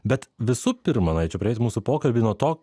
bet visų pirma norėčiau pradėti mūsų pokalbį nuo to